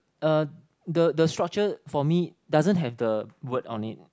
uh the the structure for me doesn't have the word on it